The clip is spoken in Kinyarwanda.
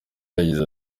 yagize